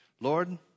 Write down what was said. Lord